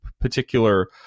particular